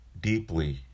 deeply